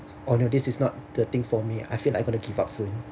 oh this is not the thing for me I feel like I going to give up soon